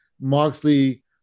Moxley